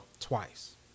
Twice